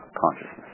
consciousness